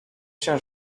się